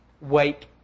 wake